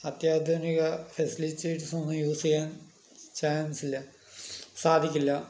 അത്യാധൂനിക ഫസിലിറ്റീസൊന്നും യൂസ് ചെയ്യാൻ ചാൻസില്ല സാധിക്കില്ലാ